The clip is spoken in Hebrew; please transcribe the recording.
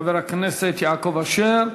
חבר הכנסת יעקב אשר,